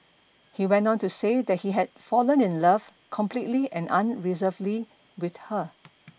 he went on to say that he had fallen in love completely and unreservedly with her